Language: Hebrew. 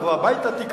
תבוא הביתה, תקרא.